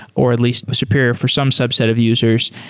or at least superior for some subset of users.